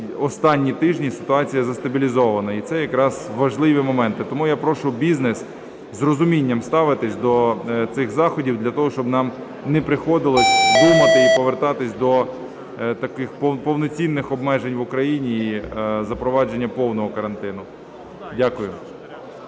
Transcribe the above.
останні тижні ситуація вже застабілізована. І це якраз важливі моменти. Тому я прошу бізнес з розумінням ставитись до цих заходів для того, щоб нам не приходилося думати і повертатись до таких повноцінних обмежень в Україні і запровадження повного карантину. Дякую.